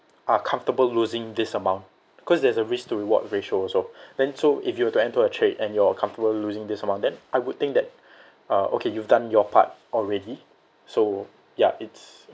are comfortable losing this amount because there's a risk to reward ratio also then so if you were to enter a trade and you're comfortable losing this amount then I would think that uh okay you've done your part already so ya it's